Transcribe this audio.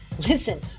Listen